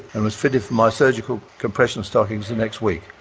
and was fitted for my surgical compression stockings the next week,